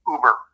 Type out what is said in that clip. Uber